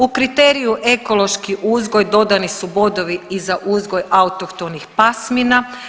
U kriteriju ekološki uzgoj dodani su bodovi i za uzgoj autohtonih pasmina.